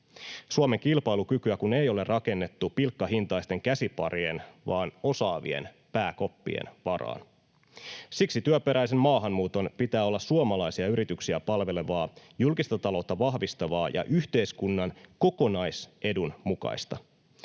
Suomen kilpailukykyä kun ei ole rakennettu pilkkahintaisten käsiparien vaan osaavien pääkoppien varaan. Siksi työperäisen maahanmuuton pitää olla suomalaisia yrityksiä palvelevaa, julkista taloutta vahvistavaa ja yhteiskunnan kokonaisedun mukaista.